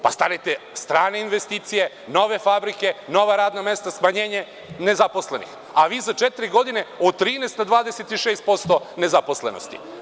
Pa, stanite, strane investicije, nove fabrike, nova radna mesta, smanjenje nezaposlenih, a vi za četiri godine od 13 na 26% nezaposlenosti.